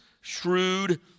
shrewd